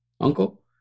Uncle